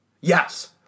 yes